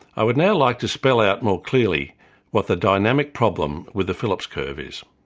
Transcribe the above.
i would now like to spell out more clearly what the dynamic problem with the phillips curve is.